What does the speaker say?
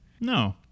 No